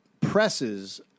presses